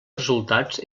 resultats